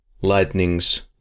lightnings